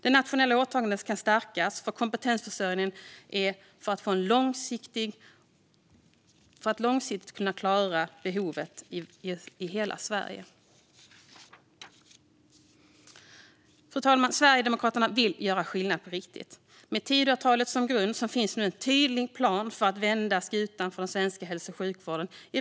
Det nationella åtagandet för kompetensförsörjningen ska stärkas för att vi långsiktigt ska kunna klara behovet i hela Sverige. Fru talman! Sverigedemokraterna vill göra skillnad på riktigt. Med Tidöavtalet som grund finns nu en tydlig plan för att vända skutan i rätt riktning igen för den svenska hälso och sjukvården.